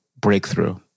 breakthrough